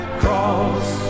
cross